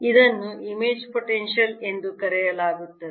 ಇದನ್ನು image potential ಎಂದು ಕರೆಯಲಾಗುತ್ತದೆ